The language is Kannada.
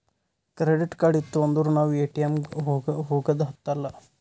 ಕ್ರೆಡಿಟ್ ಕಾರ್ಡ್ ಇತ್ತು ಅಂದುರ್ ನಾವ್ ಎ.ಟಿ.ಎಮ್ ಗ ಹೋಗದ ಹತ್ತಲಾ